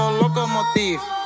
locomotive